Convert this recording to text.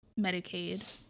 Medicaid